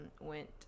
went